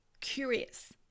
curious